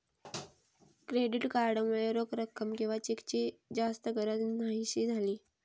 credit card मुळे रोख रक्कम किंवा चेकची जास्त गरज न्हाहीशी झाली